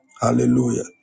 Hallelujah